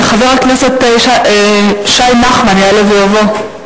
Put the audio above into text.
חבר הכנסת שי נחמן יעלה ויבוא.